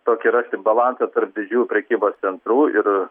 tokį rasti balansą tarp didžių prekybos centrų ir